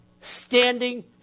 standing